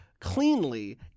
cleanly